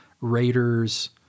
raiders